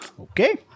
okay